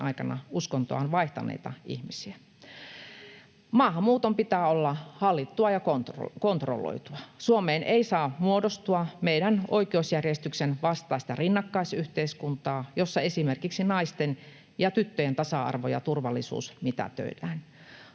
aikana uskontoaan vaihtaneita ihmisiä. Maahanmuuton pitää olla hallittua ja kontrolloitua. Suomeen ei saa muodostua meidän oikeusjärjestyksemme vastaista rinnakkaisyhteiskuntaa, jossa esimerkiksi naisten ja tyttöjen tasa-arvo ja turvallisuus mitätöidään.